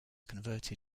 converted